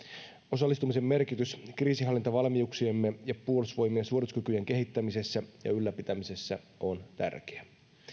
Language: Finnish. osallistumisen merkitys kriisinhallintavalmiuksiemme ja puolustusvoimien suorituskykyjen kehittämisessä ja ylläpitämisessä on tärkeä